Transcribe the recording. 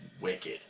wicked